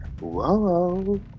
Whoa